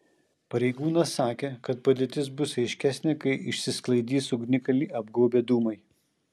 pareigūnas sakė kad padėtis bus aiškesnė kai išsisklaidys ugnikalnį apgaubę dūmai